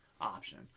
option